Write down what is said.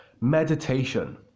meditation